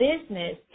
business